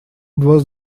was